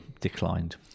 Declined